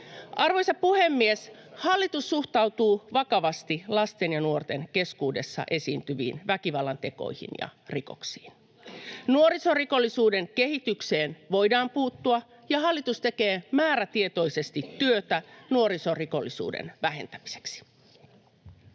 Arvoisa puhemies! Hallitus suhtautuu vakavasti lasten ja nuorten keskuudessa esiintyviin väkivallantekoihin ja rikoksiin. Nuorisorikollisuuden kehitykseen voidaan puuttua ja hallitus tekee määrätietoisesti työtä nuorisorikollisuuden vähentämiseksi.